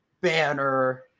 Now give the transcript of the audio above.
banner